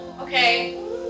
Okay